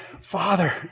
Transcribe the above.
Father